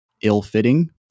ill-fitting